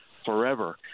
forever